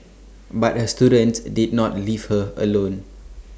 but her students did not leave her alone